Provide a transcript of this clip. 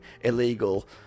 illegal